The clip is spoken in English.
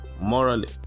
morally